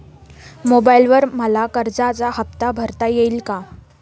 मोबाइलवर मला कर्जाचा हफ्ता भरता येईल का?